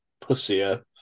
pussier